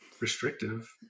restrictive